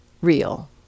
real